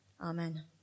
Amen